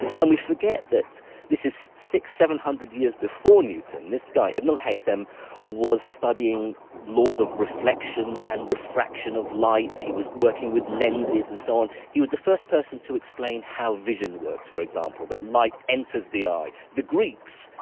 and we forget that this is six hundred, seven hundred years before newton, this guy ibn al-haytham was studying laws of reflection and refraction of light, he was working with lenses and so on, he was the first person to explain how vision works, for example, that light enters the eye. the greeks,